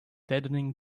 deadening